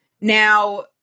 Now